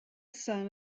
son